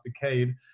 decade